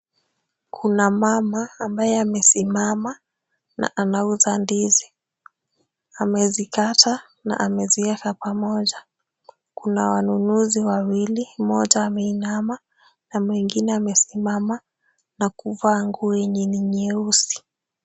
Kuna mama ambaye amesimama na anauza ndizi. Amezikata na amezieka pamoja. Kuna wanunuzi wawili ,mmoja ameinama na mwingine amesimama na kuvaa nguo yenye ni nyeusi.